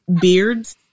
beards